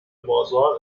بازار